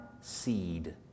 seed